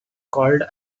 called